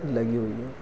लगी हुई है